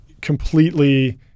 completely